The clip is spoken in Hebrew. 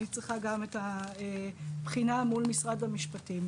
אני צריכה גם את הבחינה מול משרד המשפטים.